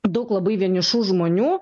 daug labai vienišų žmonių